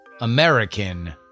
American